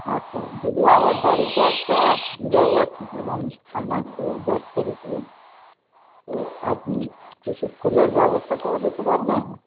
আচ্ছা দিদি আমার বাড়িতে একটা বিবাহবার্ষিকীর অনুষ্ঠান আছে দশ তারিখে তো আপনি কিছু ফুলের ব্যবস্থা করে দিতে পারবেন